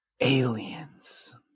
Aliens